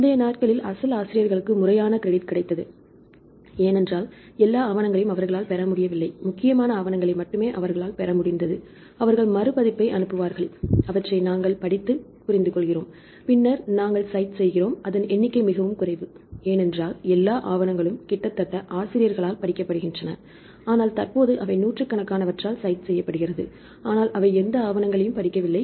முந்தைய நாட்களில் அசல் ஆசிரியர்களுக்கு முறையான கிரெடிட் கிடைத்தது ஏனென்றால் எல்லா ஆவணங்களையும் அவர்களால் பெறமுடியவில்லை முக்கியமான ஆவணங்களை மட்டுமே அவர்கள் பெறமுடிந்தது அவர்கள் மறுபதிப்பை அனுப்புவார்கள் அவற்றை நாங்கள் படித்துப் புரிந்துகொள்கிறோம் பின்னர் நாங்கள் சைட் செய்கிறோம் அதன் எண்ணிக்கை மிகவும் குறைவு ஏனென்றால் எல்லா ஆவணங்களும் கிட்டத்தட்ட ஆசிரியர்களால் படிக்கப்படுகின்றன ஆனால் தற்போது அவை நூற்றுக்கணக்கானவற்றால் சைட் செய்யப்படுகிறது ஆனால் அவை எந்த ஆவணங்களையும் படிக்கவில்லை